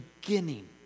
beginning